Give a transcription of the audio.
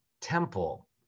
Temple